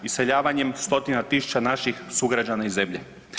Iseljavanjem stotina tisuća naših sugrađana iz zemlje.